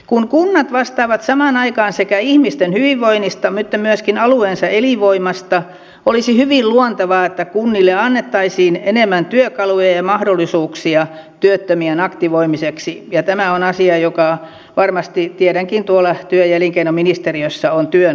kun kunnat vastaavat samaan aikaan sekä ihmisten hyvinvoinnista että alueensa elinvoimasta olisi hyvin luontevaa että kunnille annettaisiin enemmän työkaluja ja mahdollisuuksia työttömien aktivoimiseksi ja tämä on asia joka varmasti tiedänkin työ ja elinkeinoministeriössä on työn alla